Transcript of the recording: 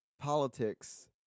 politics